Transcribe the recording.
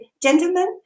Gentlemen